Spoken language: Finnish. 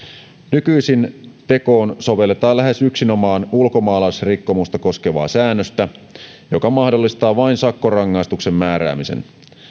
nykyisin tekoon sovelletaan lähes yksinomaan ulkomaalaisrikkomusta koskevaa säännöstä joka mahdollistaa vain sakkorangaistuksen määräämisen